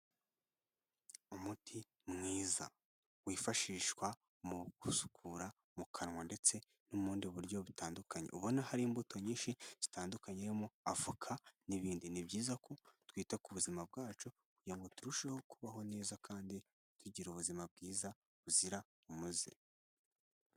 Umuti mwiza wifashishwa mu gusukura mu kanwa ndetse no mu bundi buryo butandukanye ubona hari imbuto nyinshi zitandukanye harimo avoka n'ibindi, ni byiza ko twita ku buzima bwacu kugira ngo turusheho kubaho neza kandi tugira ubuzima bwiza buzira umuze.